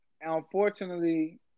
Unfortunately